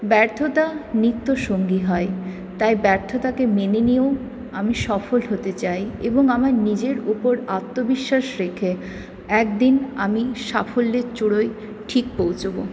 ব্যর্থতা নিত্য সঙ্গী হয় তাই ব্যর্থতাকে মেনে নিয়েও আমি সফল হতে চাই এবং আমার নিজের ওপর আত্মবিশ্বাস রেখে একদিন আমি সাফল্যের চুড়োয় ঠিক পৌঁছাব